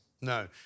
No